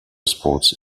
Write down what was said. sports